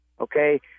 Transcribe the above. Okay